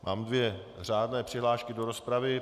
Mám dvě řádné přihlášky do rozpravy.